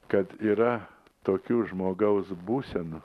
kad yra tokių žmogaus būsenų